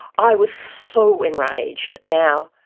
i was so enraged. now,